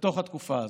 בתוך התקופה הזאת.